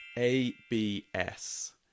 ABS